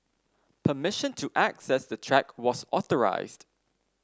permission to access the track was authorised